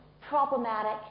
problematic